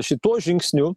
šituo žingsniu